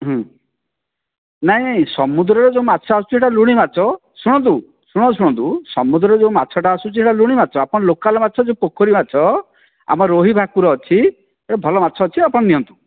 ହୁଁ ନାଇଁ ନାଇଁ ସମୁଦ୍ରରେ ଯେଉଁ ମାଛ ଆସୁଛି ସେଇଟା ଲୁଣୀ ମାଛ ଶୁଣନ୍ତୁ ଶୁଣ ଶୁଣନ୍ତୁ ସମୁଦ୍ରରେ ଯେଉଁ ମାଛଟା ଆସୁଛି ସେଇଟା ଲୁଣୀ ମାଛ ଆପଣ ଲୋକାଲ ମାଛ ଯେଉଁ ପୋଖରୀ ମାଛ ଆମ ରୋହି ଭାକୁର ଅଛି ଏ ଭଲ ମାଛ ଅଛି ଆପଣ ନିଅନ୍ତୁ